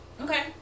okay